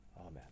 Amen